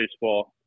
baseball